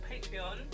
Patreon